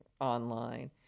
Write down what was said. online